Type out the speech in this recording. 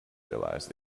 realized